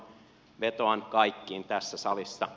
vetoan kaikkiin tässä salissa